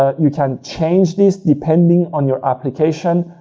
ah you can change this depending on your application.